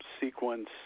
sequence